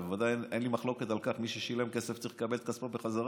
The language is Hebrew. מי ששילם כסף צריך לקבל את כספו בחזרה.